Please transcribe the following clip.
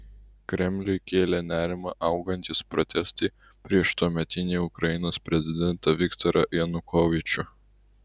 kremliui kėlė nerimą augantys protestai prieš tuometinį ukrainos prezidentą viktorą janukovyčių